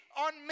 on